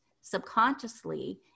subconsciously